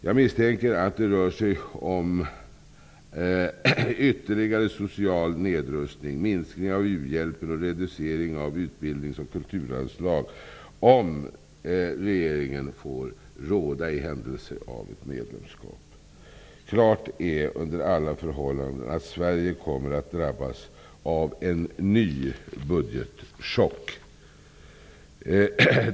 Jag misstänker att det rör sig om ytterligare social nedrustning, minskning av u-hjälpen och reducering av utbildningsoch kulturanslag om regeringen får råda i händelse av ett medlemskap. Det är under alla förhållanden klart att Sverige kommer att drabbas av en ny budgetchock.